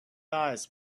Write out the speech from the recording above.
eyes